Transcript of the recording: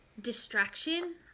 distraction